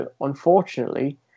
unfortunately